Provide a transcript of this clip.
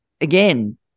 again